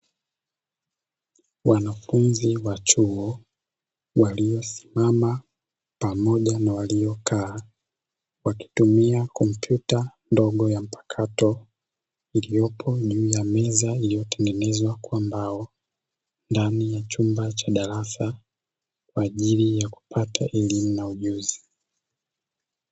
Wanafunzi wa chuo waliosimama pamoja na waliokaa wakitumia kompyuta ndogo ya makato iliyopo juu ya meza iliyotengenezwa kwa mbao ndani ya chumba cha darasa, kwa ajili ya kupata elimu na ujuzi.